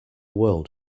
world